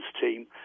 team